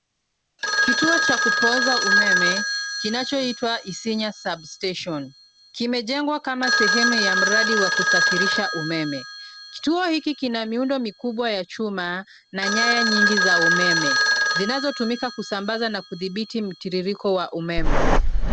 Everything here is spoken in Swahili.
Kituo cha kupooza umeme kinachoitwa Isinya Substation Kimejengwa kama sehemu ya mradi wa kusafirisha umeme. Kituo hiki kina miundo mikubwa ya chuma na nyaya nyingi za umeme zinazotumika kusambaza na kudhibiti mtiririko wa umeme.